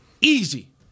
Easy